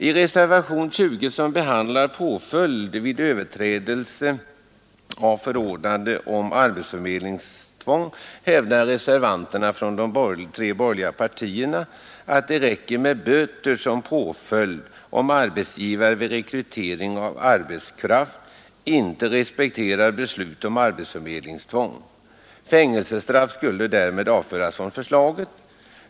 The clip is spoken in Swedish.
I reservationen 20, som behandlar påföljd vid överträdelse av förordnande om arbetsförmedlingstvång, hävdar reservanterna från de tre borgerliga partierna, att det räcker med böter som påföljd om arbetsgivare vid rekrytering av arbetskraft inte respekterar beslut om arbetsförmedlingstvång. Fängelsestraff skulle därmed avföras från förslaget.